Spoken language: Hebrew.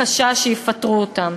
מחשש שיפטרו אותם,